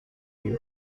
you